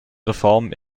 reformen